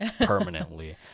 permanently